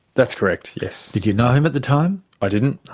that's correct, yes. did you know him at the time? i didn't,